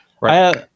Right